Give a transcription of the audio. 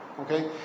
okay